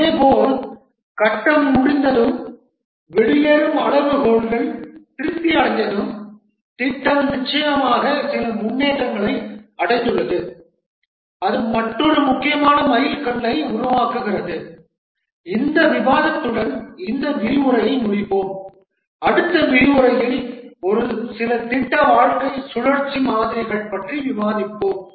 இதேபோல் கட்டம் முடிந்ததும் வெளியேறும் அளவுகோல்கள் திருப்தி அடைந்ததும் திட்டம் நிச்சயமாக சில முன்னேற்றங்களை அடைந்துள்ளது அது மற்றொரு முக்கியமான மைல்கல்லை உருவாக்குகிறது இந்த விவாதத்துடன் இந்த விரிவுரையை முடிப்போம் அடுத்த விரிவுரையில் ஒரு சில திட்ட வாழ்க்கை சுழற்சி மாதிரிகள் பற்றி விவாதிப்போம்